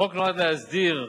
לא, אני קראתי לסגן שר.